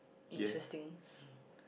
interesting